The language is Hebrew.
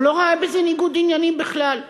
הוא לא ראה בזה ניגוד עניינים בכלל,